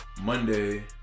Monday